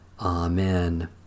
Amen